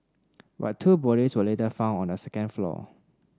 but two bodies were later found on the second floor